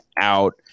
out